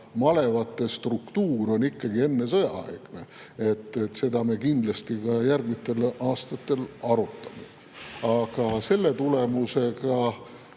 malevate struktuur on ikkagi ennesõjaaegne. Seda me kindlasti järgmistel aastatel arutame. Aga selle tulemusega,